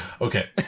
Okay